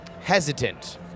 hesitant